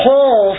Paul